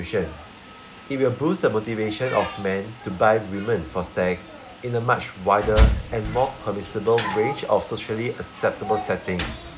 it will boost the motivation of men to buy women for sex in a much wider and more permissible range of socially acceptable settings